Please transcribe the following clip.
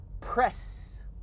press